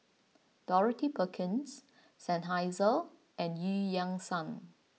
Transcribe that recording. Dorothy Perkins Seinheiser and Eu Yan Sang